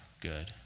good